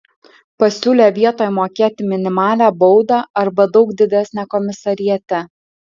pasiūlė vietoj mokėti minimalią baudą arba daug didesnę komisariate